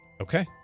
Okay